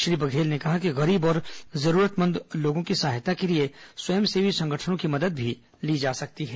श्री बघेल ने कहा कि गरीब और जरूरतमंद लोगों की सहायता के लिए स्वयंसेवी संगठनों की मदद भी ली जा सकती है